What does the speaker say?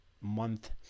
month